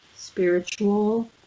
spiritual